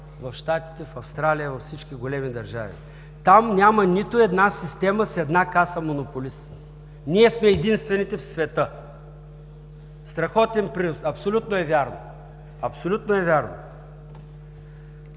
в Щатите, в Австралия, във всички големи държави. Там няма нито една система с една каса монополист. Ние сме единствените в света. Страхотен принос. (Реплики.) Абсолютно е вярно, абсолютно е вярно!